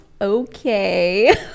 okay